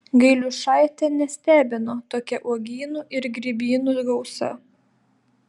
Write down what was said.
gailiušaitę nestebino tokia uogynų ir grybynų gausa